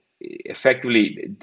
effectively